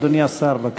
אדוני השר, בבקשה.